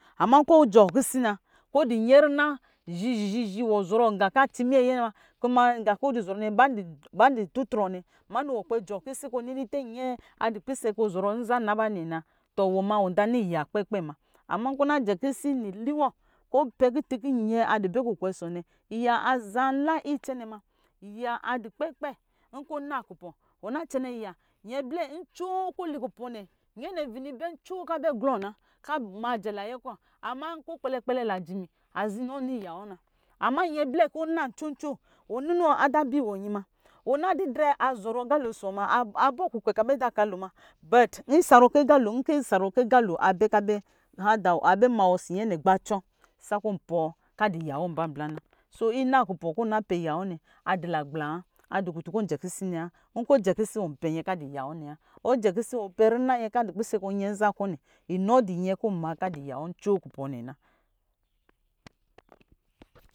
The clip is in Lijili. Ama nkɔ ɔjɔɔ kisi na kɔ ɔdu nyɛrina zizi zizi niwɔ zɔrɔ nga kɔ aci minyɛ ayɛ na kuma nɔ nqa kɔ wɔ zɔrɔ nɛ ba dɔ tɔtrɔ nɛ ama ni iwɔ kpɛ jɔɔ kisi kɔ ɔ nini tɛ nyɛ adɔ pisɛ kɔ ɔzɔrɔ nza nna ba nɛ na wɔma ɔda ni nya kpɛ kpɛ ma ama nkɔ ɔna jɛ kisi niliwɔ kɔ ɔpɛ kutu kɔ nyɛ adɔ bɛ kukwɛ ɔsɔ wɔ nɛ iya aza nla icɛnɛ ma adu kpɛ kpɛ nkɔ ɔna kupɔ ɔna cɛnɛ oya nyɛ blɛ ncoo kɔ ɔli kupɔ nɛ nyɛnɛ vini bɛ ncoo kɔ a bɛ glɔ na kɔ ama jɛɛ layɛ kɔ ama ama nkɔ kpɛkpɛ lɛ lijimi aza inɔ ni yawɔ na ama yɛ blɛ nkɔ ɔna ncoo ncoo ɔwɔ nino ada biwɔ nyi ma a didrɛ azɔrɔ aqa lo olsɔ wɔ ma abɔɔ kukwɛ ka bɛ da ka lo ma but isa lo kɔ aqa lo abɛ kɔ abɛ hada wɔ abɛ ma ɔ ɔsɔ nyɛ nɛ gbacɔ bakɔ ɔ ɔɔ ka di yawɔ nwa blambla na bo ina kupɔ kɔ ɔna pɛ yawɔ ne adu nagbla wa a du kutun kɔ ɔnjɛ kisi nɛ wa nkɔ ɔ jɛka isi ivɔ ɔpɛ nyɛ ka du ya wɔ nɛ wa ɔ jɛ kisi ɔpɛ nyɛ kɔ adu pisɛ kɔ rina wɔ anɔ risi na kɔ nɛ wa inɔ du nyɛ kɔ ɔmaa kɔ adɔ yawɔ ncoo kupɔ nana